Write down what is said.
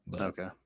Okay